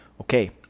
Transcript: Okay